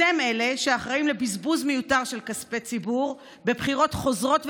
אתם אלה שאחראים לבזבוז מיותר של כספי ציבור בבחירות חוזרות ונשנות,